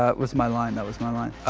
ah was my line, that was my line.